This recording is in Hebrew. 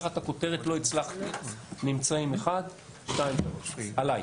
תחת הכותרת "לא הצלחתי" נמצאים: 1, 2, 3, עליי.